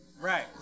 right